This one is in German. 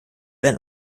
einen